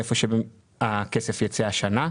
איפה שהכסף יצא השנה.